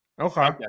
Okay